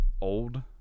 old